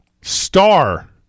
Star